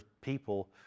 people